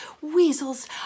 weasels